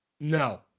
no